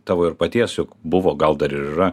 tavo ir paties juk buvo gal dar ir yra